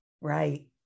Right